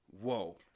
whoa